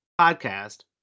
Podcast